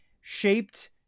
shaped